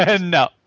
No